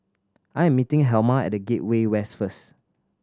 I am meeting Helma at The Gateway West first